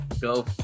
go